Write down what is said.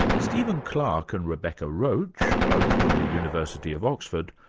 stephen clarke and rebecca roache, both from the university of oxford,